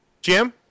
Jim